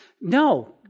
No